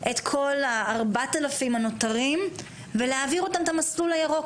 את כל ה-4,000 הנותרים ולהעביר אותן את המסלול הירוק